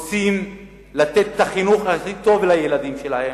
רוצים לתת את החינוך הכי טוב לילדים שלהם,